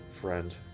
friend